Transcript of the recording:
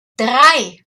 drei